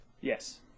Yes